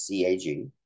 CAG